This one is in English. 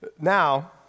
Now